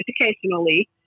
educationally